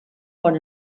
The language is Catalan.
bon